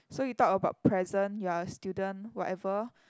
so you talk about present you are a student whatever